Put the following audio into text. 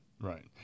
right